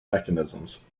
mechanisms